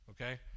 okay